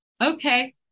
Okay